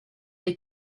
est